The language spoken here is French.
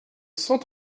cent